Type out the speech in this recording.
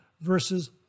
versus